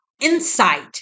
insight